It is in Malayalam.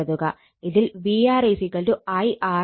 ഇതിൽ VR I R ആണ്